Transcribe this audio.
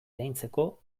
iraintzeko